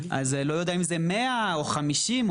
אז לא יודע אם זה 100 או 50,